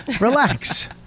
relax